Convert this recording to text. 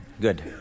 good